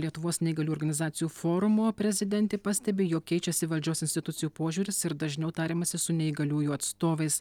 lietuvos neįgalių organizacijų forumo prezidentė pastebi jog keičiasi valdžios institucijų požiūris ir dažniau tariamasi su neįgaliųjų atstovais